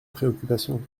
préoccupation